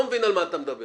אני לא מבין מה אתה מדבר.